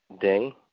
day